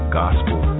gospel